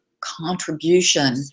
contribution